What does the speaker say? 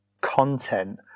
content